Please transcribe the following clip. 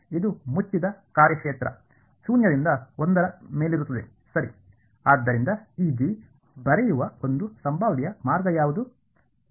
ಇದು ಮುಚ್ಚಿದ ಕಾರ್ಯಕ್ಷೇತ್ರ ಶೂನ್ಯದಿಂದ ಒಂದರ ಮೇಲಿರುತ್ತದೆ ಸರಿ ಆದ್ದರಿಂದ ಈ ಜಿ ಬರೆಯುವ ಒಂದು ಸಂಭಾವ್ಯ ಮಾರ್ಗ ಯಾವುದು